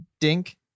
Dink